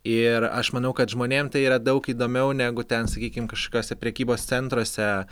ir aš manau kad žmonėm tai yra daug įdomiau negu ten sakykim kažkokiuose prekybos centruose